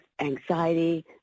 anxiety